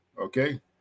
Okay